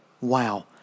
wow